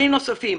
דבר נוסף,